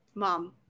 Mom